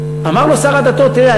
ואמר לו שר הדתות: תראה,